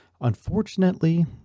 Unfortunately